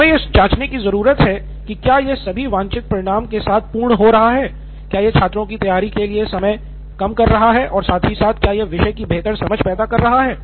हमे यह जांचते रहने की ज़रूरत है कि क्या यह सभी वांछित परिणाम के साथ पूर्ण हो रहा है क्या यह छात्रों का तैयारी के लिए समय कम कर रहा है और साथ ही साथ क्या यह विषय की बेहतर समझ पैदा कर रहा है